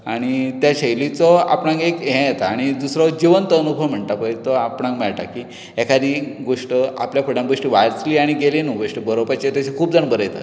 आनी त्या शैलीचो आपणाक एक हें येता आनी दुसरो जिवंत अनुभव म्हणटा पळय तो आपणाक मेळटा की एकादी गोश्ट आपणान बिश्टी वाचली आनी गेली न्हू गोश्ट बरोवपाची तशे खूब जाण बरयतात